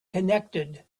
connected